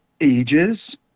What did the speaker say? ages